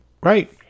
Right